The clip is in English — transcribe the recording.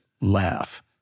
laugh